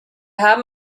haben